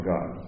God